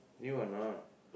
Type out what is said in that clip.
new one ah